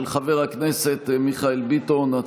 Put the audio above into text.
של חבר הכנסת מיכאל ביטון.